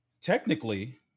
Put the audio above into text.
technically